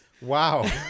Wow